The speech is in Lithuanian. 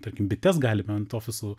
tarkim bites galime ant ofisų